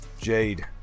Jade